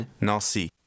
Nancy